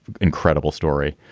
incredible story.